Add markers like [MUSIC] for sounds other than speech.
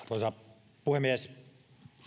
[UNINTELLIGIBLE] arvoisa puhemies